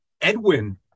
Edwin